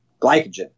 glycogen